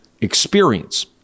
experience